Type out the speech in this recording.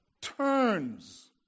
turns